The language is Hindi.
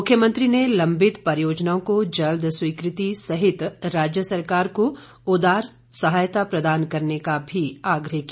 मुख्यमंत्री ने लंबित परियोजनाओं को जल्द स्वीकृति सहित राज्य सरकार को उदार सहायता प्रदान करने का भी आग्रह किया